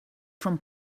from